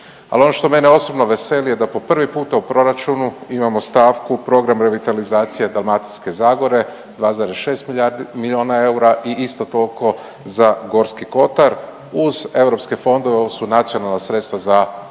Ali ono što mene osobno veseli je da po prvi puta u proračunu imamo stavku program revitalizacije Dalmatinske zagore 2,6 milijuna eura i isto tolko za Gorski kotar. Uz eu fondove ovo su nacionalna sredstva za razvoj